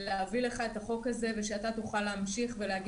להביא לך את החוק הזה ושאתה תוכל להמשיך ולהגיש אותו.